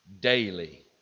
daily